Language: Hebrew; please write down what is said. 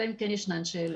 אלא אם כן ישנן שאלות.